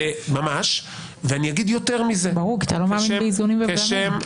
ברור, כי אתה לא מאמין באיזונים ובלמים.